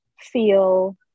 feel